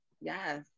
Yes